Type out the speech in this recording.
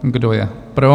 Kdo je pro?